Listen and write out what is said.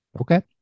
okay